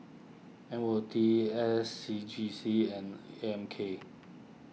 M O T S C G C and A M K